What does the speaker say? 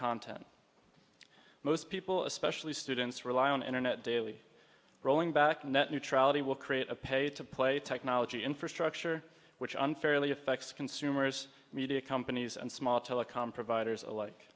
content most people especially students rely on internet daily rolling back net neutrality will create a pay to play technology infrastructure which i'm fairly affects consumers media companies and small telecom providers alike